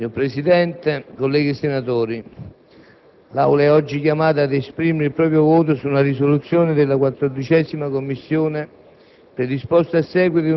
Signor Presidente, colleghi senatori, l'Aula è oggi chiamata ad esprimere il proprio voto su una risoluzione della 14a Commissione